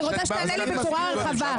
אני רוצה שתענה לי על השאלה הרחבה,